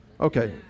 Okay